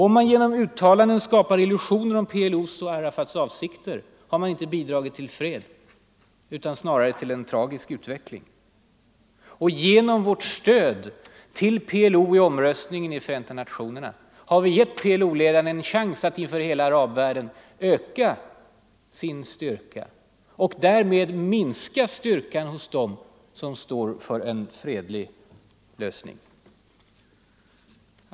Om man genom uttalanden skapar illusioner om PLO:s och Arafats avsikter, har man inte bidragit till fred utan snarare till en tragisk utveckling. Genom vårt stöd till PLO i omröstningen i Förenta nationerna har vi gett PLO-ledarna chans att inför hela arabvärlden öka sin styrka. Därmed minskar stödet för dem som står för en fredlig lösning.